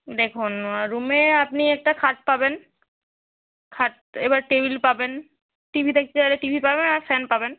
দেখুন রুমে আপনি একটা খাট পাবেন খাট এবার টেবিল পাবেন টি ভি দেখতে চাইলে টি ভি পাবেন আর ফ্যান পাবেন